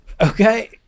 okay